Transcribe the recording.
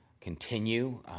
continue